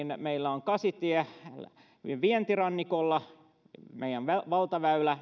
meillä on kasitie todella tärkeä vientirannikolla meidän valtaväylä